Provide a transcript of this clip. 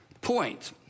point